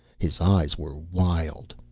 his eyes were wild.